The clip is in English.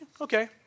Okay